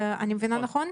אני מבינה נכון?